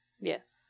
yes